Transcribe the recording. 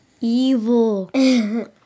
evil